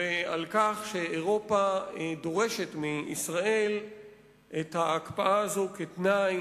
ועל כך שאירופה דורשת מישראל את ההקפאה הזאת כתנאי